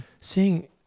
Seeing